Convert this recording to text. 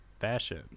Fashion